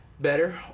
Better